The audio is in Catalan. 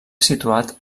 situat